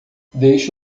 deixe